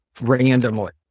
randomly